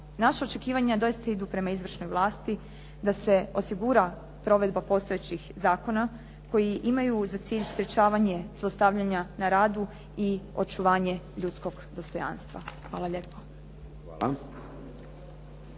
naša očekivanja doista idu prema izvršnoj vlasti, da se osigura provedba postojećih zakona koji imaju za cilj sprječavanje zlostavljanja na radu i očuvanje ljudskog dostojanstva. Hvala lijepa.